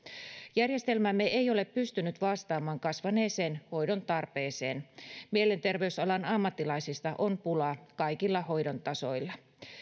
järjestelmämme ei ole pystynyt vastaamaan kasvaneeseen hoidon tarpeeseen mielenterveysalan ammattilaisista on pulaa kaikilla hoidon tasoilla